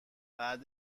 بعد